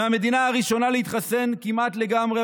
מהמדינה הראשונה להתחסן כמעט לגמרי,